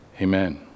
amen